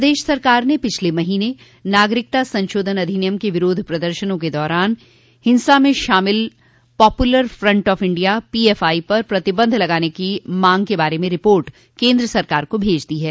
प्रदेश सरकार ने पिछले महीने नागरिकता संशोधन अधिनियम के विरोध प्रदर्शनों के दौरान हिंसा में शामिल popular front of India PFI पर प्रतिबंध लगाने की मांग के बारे में रिपोर्ट केन्द्र सरकार को भेज दी है